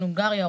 הונגריה,